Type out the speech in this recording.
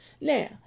Now